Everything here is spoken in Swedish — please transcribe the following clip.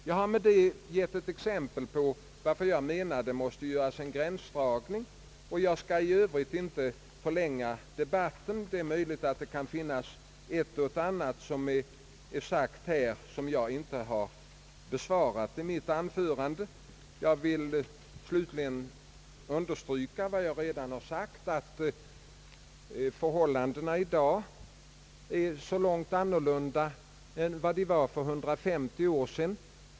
Jag har med det anförda givit ett exempel på vad jag menar med att det måste göras en gränsdragning. Jag skall 1 Övrigt inte förlänga debatten. Det är möjligt att det kan finnas ett och annat som här har sagts men som jag inte har besvarat i mitt anförande. Jag vill till sist understryka än en gång att förhållandena i dag är i så hög grad annorlunda mot vad de var för 150 år sedan.